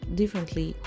differently